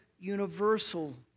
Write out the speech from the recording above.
universal